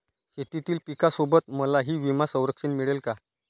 शेतीतील पिकासोबत मलाही विमा संरक्षण मिळेल का?